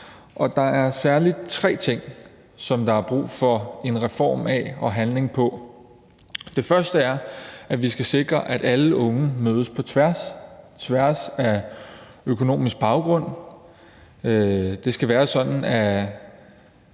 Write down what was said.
Og der er særlig tre ting, som der er brug for en reform af og handling på. Det første er, at vi skal sikre, at alle unge mødes på tværs af hinanden, f.eks. på tværs af økonomisk baggrund. Det skal være sådan, at